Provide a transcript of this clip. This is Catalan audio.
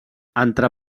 entre